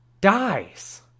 dies